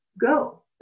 go